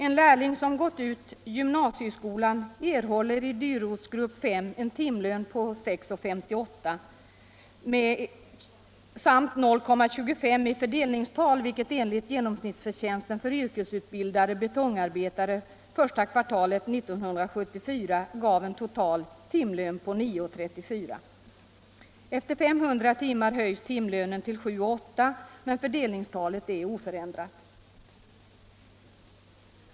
En lärling som gått ut gymnasieskolan har i dyrortsgrupp 5 en timlön på 6:58 samt 0,25 i fördelningstal, vilket enligt genomsnittsförtjänsten för yrkesutbildade betongarbetare första kvartalet 1974 gav en total timlön på 9:34. Efter 500 timmar höjs timlönen till 7:08, men fördelningstalet är oförändrat.